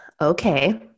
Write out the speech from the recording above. okay